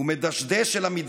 הוא / מדשדש אל המטבח,